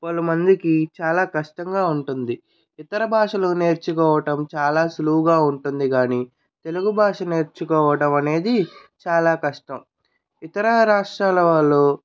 పలుమందికి చాలా కష్టంగా ఉంటుంది ఇతర భాషలో నేర్చుకోవటం చాలా సులువుగా ఉంటుంది కానీ తెలుగు భాష నేర్చుకోవటం అనేది చాలా కష్టం ఇతర రాష్ట్రాల వాళ్ళు